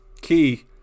key